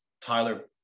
Tyler